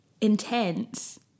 Intense